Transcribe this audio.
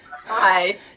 Hi